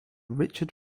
richard